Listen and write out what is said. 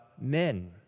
men